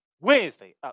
Wednesday